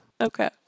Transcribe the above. Okay